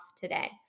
today